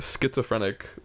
Schizophrenic